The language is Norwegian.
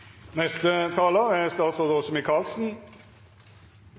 Neste talar er